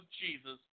Jesus